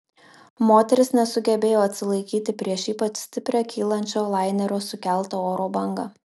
moteris nesugebėjo atsilaikyti prieš ypač stiprią kylančio lainerio sukeltą oro bangą